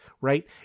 right